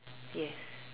yes